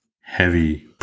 heavy